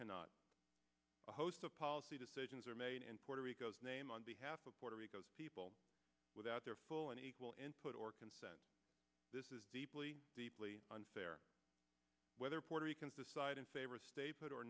cannot host a policy decisions are made in puerto rico's name on behalf of puerto rico's people without their full and equal input or consent this is deeply deeply unfair whether puerto ricans decide in favor